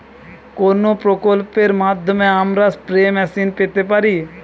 কোন প্রকল্পের মাধ্যমে আমরা স্প্রে মেশিন পেতে পারি?